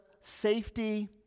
safety